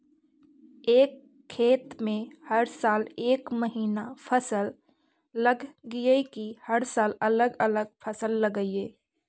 एक खेत में हर साल एक महिना फसल लगगियै कि हर साल अलग अलग फसल लगियै?